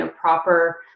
proper